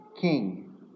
king